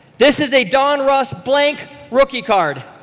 this is a donruss blank rookie card.